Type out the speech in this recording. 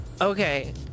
Okay